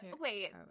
wait